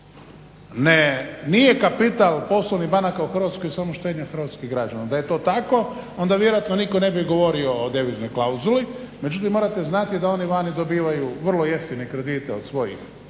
Ne, nije kapital poslovnih banaka u Hrvatskoj samo štednja hrvatskih građana. Da je to tako onda vjerojatno nitko ne bi govorio o deviznoj klauzuli, međutim morate znati da oni vani dobivaju vrlo jeftine kredite od svojih